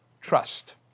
trust